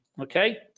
okay